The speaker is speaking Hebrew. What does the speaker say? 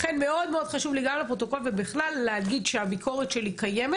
לכן חשוב לי להגיד שהביקורת שלי קיימת